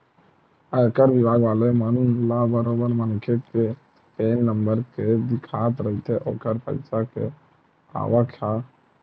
आयकर बिभाग वाले मन ल बरोबर मनखे के पेन नंबर ले दिखत रहिथे ओखर पइसा के आवक ह